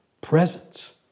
presence